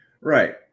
right